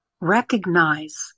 recognize